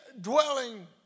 dwelling